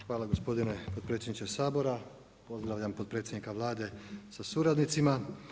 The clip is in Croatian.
Hvala gospodine potpredsjedniče Sabora, pozdravljam potpredsjednika Vlade sa suradnicima.